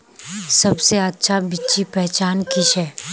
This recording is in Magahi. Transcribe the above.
सबसे अच्छा बिच्ची पहचान की छे?